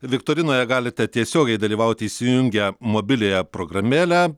viktorinoje galite tiesiogiai dalyvauti įsijungę mobiliąją programėlę